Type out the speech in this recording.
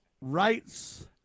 Rights